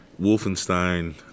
wolfenstein